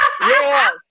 yes